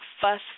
fuss